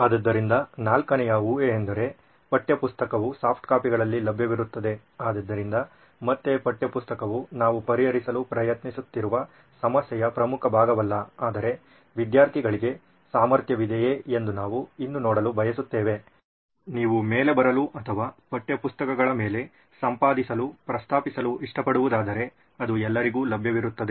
ಆದ್ದರಿಂದ ನಾಲ್ಕನೆಯ ಊಹೆಯೆಂದರೆ ಪಠ್ಯಪುಸ್ತಕವು ಸಾಫ್ಟ್ ಕಾಪಿಗಳಲ್ಲಿ ಲಭ್ಯವಿರುತ್ತದೆ ಆದ್ದರಿಂದ ಮತ್ತೆ ಪಠ್ಯಪುಸ್ತಕವು ನಾವು ಪರಿಹರಿಸಲು ಪ್ರಯತ್ನಿಸುತ್ತಿರುವ ಸಮಸ್ಯೆಯ ಪ್ರಮುಖ ಭಾಗವಲ್ಲ ಆದರೆ ವಿದ್ಯಾರ್ಥಿಗಳಿಗೆ ಸಾಮರ್ಥ್ಯವಿದೆಯೇ ಎಂದು ನಾವು ಇನ್ನೂ ನೋಡಲು ಬಯಸುತ್ತೇವೆ ನೀವು ಮೇಲೆ ಬರೆಯಲು ಅಥವಾ ಪಠ್ಯಪುಸ್ತಕಗಳ ಮೇಲೆ ಸಂಪಾದಿಸಲು ಪ್ರಸ್ತಾಪಿಸಲು ಇಷ್ಟಪಡುವುದಾದರೆ ಅದು ಎಲ್ಲರಿಗೂ ಲಭ್ಯವಿರುತ್ತದೆ